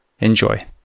Enjoy